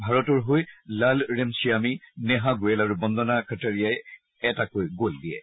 ভাৰতৰ হৈ Lalremsiami Neha Goyal আৰু বন্দনা কাটাৰিয়াই একোটাকৈ গল দিয়ে